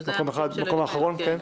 מקום אחרון, כן?